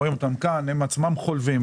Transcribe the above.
הם בעצמם חולבים.